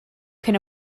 cyn